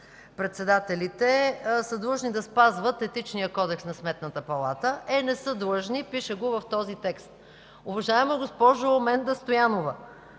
заместник-председателите, са длъжни да спазват Етичния кодекс на Сметната палата. Е, не са длъжни – пише го в този текст. Уважаема госпожо Менда Стоянова,